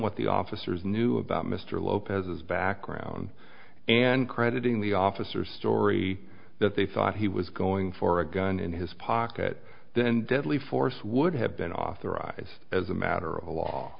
what the officers knew about mr lopez's background and crediting the officer story that they thought he was going for a gun in his pocket then deadly force would have been authorized as a matter of law